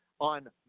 on